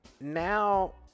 now